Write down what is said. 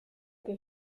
que